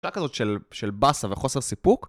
שאלה כזאת של באסה וחוסר סיפוק